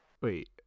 Wait